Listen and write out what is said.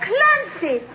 Clancy